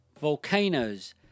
volcanoes